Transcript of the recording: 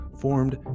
formed